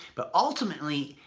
but ultimately,